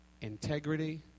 integrity